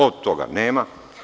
Ovde toga nema.